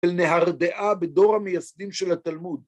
‫של נהרדעה בדור המייסדים של התלמוד.